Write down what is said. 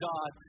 God